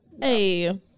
Hey